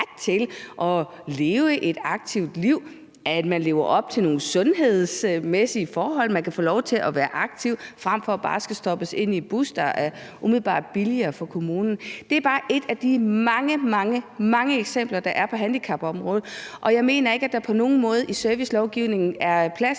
til at leve et aktivt liv, hvor man lever op til nogle sundhedsmæssige forhold og kan få lov til at være aktiv frem for bare at skulle stoppes ind i en bus, hvilket umiddelbart er billigere for kommunen. Det er bare ét af de mange, mange eksempler, der er på handicapområdet. Og jeg mener ikke, at der på nogen måde i servicelovgivningen er plads